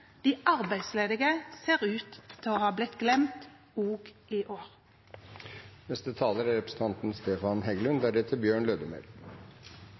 De arbeidsledige ser ut til å ha blitt glemt også i år. Jeg er